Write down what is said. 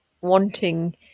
wanting